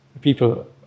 people